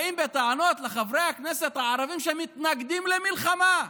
באים בטענות לחברי הכנסת הערבים שמתנגדים למלחמה.